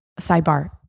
sidebar